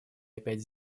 опять